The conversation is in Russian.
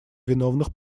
виновных